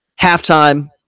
halftime